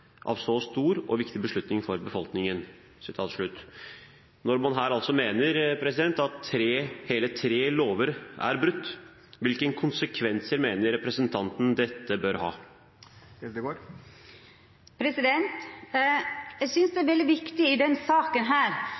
av så stor og viktig betydning for befolkningen». Når man her mener at hele tre lover er brutt, hvilke konsekvenser mener representanten dette bør ha? Eg synest det er veldig viktig i